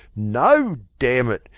no! damn it!